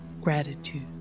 gratitude